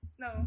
No